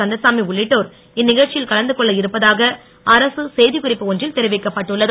கந்தசாமி உள்ளிட்டோர் இந்நிகழ்ச்சியில் கலந்துகொள்ள இருப்பதாக அரசு செய்திக்குறிப்பு ஒன்றில் தெரிவிக்கப்பட்டுள்ளது